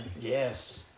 yes